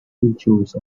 features